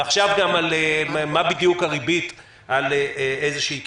ועכשיו גם מה בדיוק הריבית על איזושהי קרן.